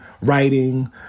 writing